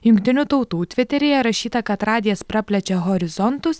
jungtinių tautų tviteryje rašyta kad radijas praplečia horizontus